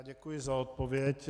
Děkuji za odpověď.